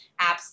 apps